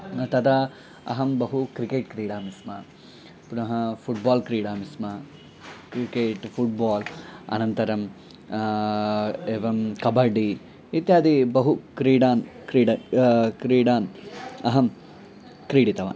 न तदा अहं बहु क्रिकेट् क्रीडामि स्म पुनः फु़ड्बाल् क्रीडामि स्म क्रिकेट् फुड्बाल् अनन्तरम् एवं कबड्डि इत्यादि बहु क्रीडान् क्रीड क्रीडान् अहं क्रीडितवान्